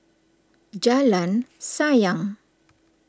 Jalan Sayang